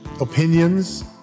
opinions